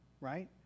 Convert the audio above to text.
right